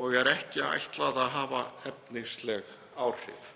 og er ekki ætlað að hafa efnisleg áhrif.